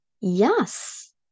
yes